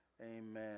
Amen